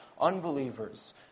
unbelievers